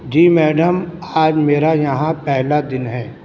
جی madam آج میرا یہاں پہلا دن ہے